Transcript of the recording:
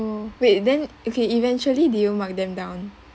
wait then okay eventually do you mark them down